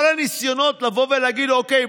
כל הניסיונות לבוא ולהגיד: אוקיי,